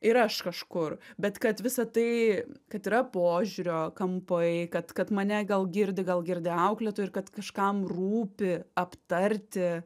ir aš kažkur bet kad visa tai kad yra požiūrio kampai kad kad mane gal girdi gal girdi auklėtoja ir kad kažkam rūpi aptarti